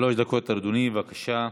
בבקשה.